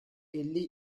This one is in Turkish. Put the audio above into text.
elli